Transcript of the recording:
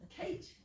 Kate